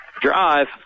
drive